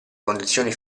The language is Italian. condizioni